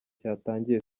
cyatangiye